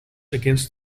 against